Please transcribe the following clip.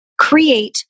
create